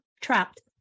trapped